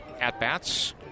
at-bats